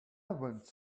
want